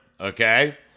okay